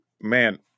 Man